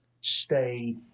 stay